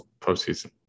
postseason